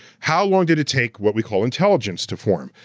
how long did it take what we call intelligence to form?